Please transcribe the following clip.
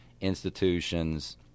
institutions